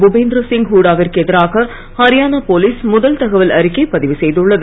புபேந்திர சிங் ஹுடாவிற்கு எதிராக ஹரியானா போலீஸ் முதல் தகவல் அறிக்கை பதிவு செய்துள்ளது